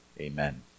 Amen